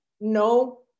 No